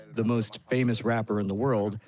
the most famous rapper in the world,